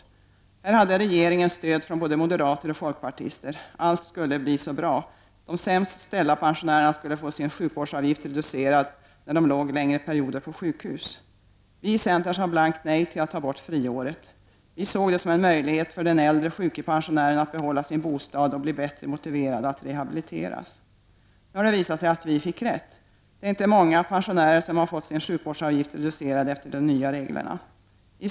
I fråga om detta hade regeringen stöd från både moderater och folkpartister. Allt skulle bli så bra. De sämst ställda pensionärerna skulle få sin sjukvårdsavgift reducerad när de låg längre perioder på sjukhus. Vi i centern sade blankt nej till att friåret skulle tas bort. Vi såg detta friår som en möjlighet för den äldre sjuke pensionären att behålla sin bostad och bli bättre motiverad att rehabiliteras. Nu har det visat sig att vi fick rätt. Det är inte många pensionärer som har fått sin sjukvårdsavgift reducerad sedan de nya reglerna infördes.